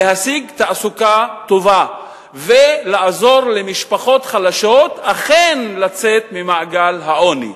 להשיג תעסוקה טובה ולעזור למשפחות חלשות אכן לצאת ממעגל העוני,